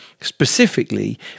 specifically